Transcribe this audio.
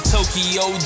Tokyo